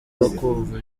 kumva